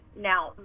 now